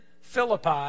Philippi